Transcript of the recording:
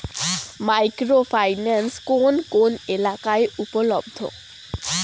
Micro finance কোন কোন এলাকায় উপলব্ধ?